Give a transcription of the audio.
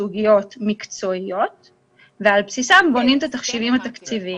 סוגיות מקצועיות ועל בסיסן בונים את התחשיבים התקציביים.